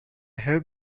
have